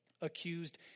accused